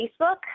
Facebook